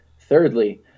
Thirdly